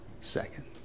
second